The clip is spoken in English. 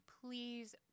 please